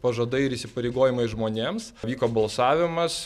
pažadai ir įsipareigojimai žmonėms vyko balsavimas